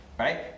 Right